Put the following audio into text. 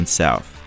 south